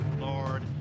lord